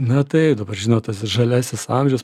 na taip dabar žinot tas žaliasis amžius